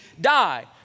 die